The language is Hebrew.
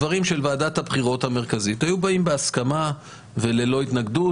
דברים של ועדת הבחירות המרכזית היו באים בהסכמה וללא התנגדות,